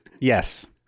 Yes